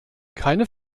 keine